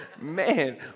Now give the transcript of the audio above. Man